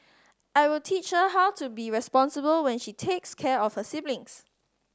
I will teach her how to be responsible when she takes care of her siblings